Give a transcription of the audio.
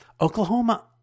Oklahoma